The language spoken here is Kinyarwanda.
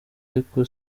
ariko